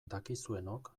dakizuenok